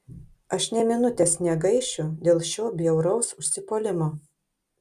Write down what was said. aš nė minutės negaišiu dėl šio bjauraus užsipuolimo